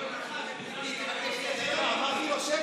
ביקשתי הצבעה שמית,